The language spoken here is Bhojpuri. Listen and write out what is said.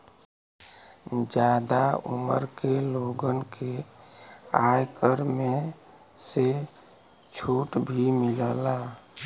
जादा उमर के लोगन के आयकर में से छुट भी मिलला